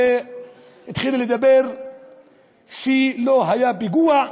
התחילה להגיד שלא היה פיגוע,